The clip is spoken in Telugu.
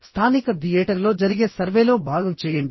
స్థానిక థియేటర్లో జరిగే సర్వేలో భాగం చేయండి